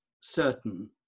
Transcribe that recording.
certain